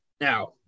Now